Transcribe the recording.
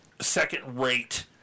second-rate